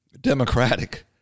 Democratic